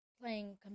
playing